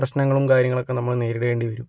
പ്രശ്നങ്ങളും കാര്യങ്ങളൊക്കെ നമ്മള് നേരിടേണ്ടി വരും